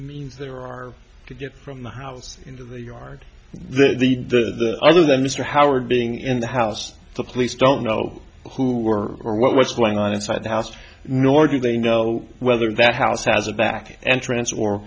means there are to get from the house into the yard the other than mr howard being in the house the police don't know who or what was going on inside the house nor do they know whether that house has a back entrance or